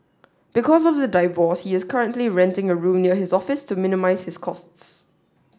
because of the divorce he is currently renting a room near his office to minimise his costs